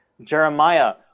Jeremiah